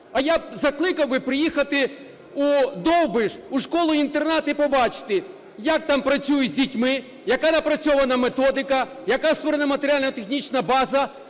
А я б закликав би приїхати у Довбиш у школу-інтернат і побачити, як там працюють з дітьми, яка напрацьована методика, яка створена матеріально-технічна база.